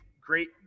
great –